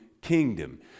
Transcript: kingdom